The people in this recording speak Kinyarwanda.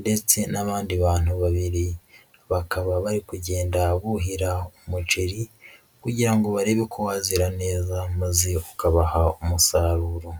ndetse n'abandi bantu babiri, bakaba bari kugenda buhira umuceri kugira ngo barebe ko wazera neza maze ukabaha umusaruro.